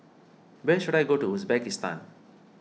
where should I go to Uzbekistan